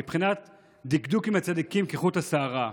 בבחינת דקדוק עם הצדיקים כחוט השערה.